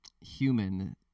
human